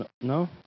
No